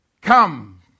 Come